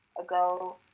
ago